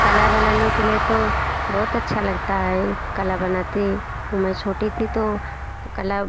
कला बनाने के लिए तो बहुत अच्छा लगता है कला बनाते मैं छोटी थी तो कला